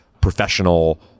professional